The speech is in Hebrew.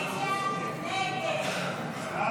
הסתייגות 276 לא